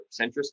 centrist